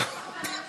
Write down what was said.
מעניין אותם